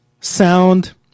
sound